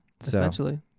essentially